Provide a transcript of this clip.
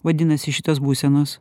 vadinasi šitos būsenos